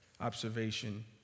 observation